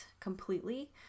completely